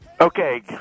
Okay